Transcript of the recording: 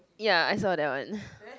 ya I saw that one